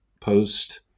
post